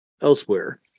elsewhere